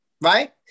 right